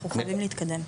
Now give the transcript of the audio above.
אנחנו חייבים להתקדם.